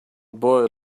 boy